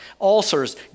Ulcers